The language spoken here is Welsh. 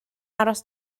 aros